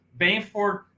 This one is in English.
Bainford